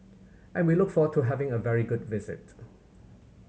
and we look forward to having a very good visit